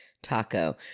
taco